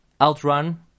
outrun